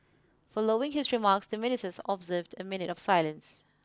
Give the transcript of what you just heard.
following his remarks the Ministers observed a minute of silence